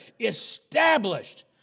established